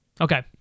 Okay